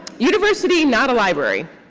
university and not a library.